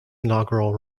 inaugural